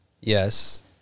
Yes